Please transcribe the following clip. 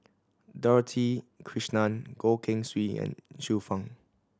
Dorothy Krishnan Goh Keng Swee and Xiu Fang